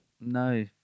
no